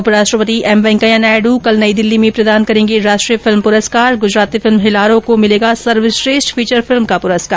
उपराष्ट्रपति एम वेंकैया नायड् कल नई दिल्ली में प्रदान करेंगे राष्ट्रीय फिल्म पुरस्कार गुजराती फिल्म हिलारो सर्वश्रेष्ठ फीचर फिल्म घोषित